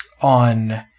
on